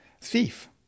thief